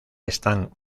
están